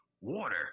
water